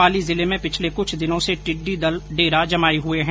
पाली जिले में पिछले कुछ दिनों से टिड्डी दल डेरा जमाए हुए है